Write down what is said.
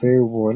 save പോലെ